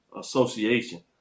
association